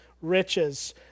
riches